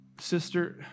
Sister